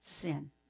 sin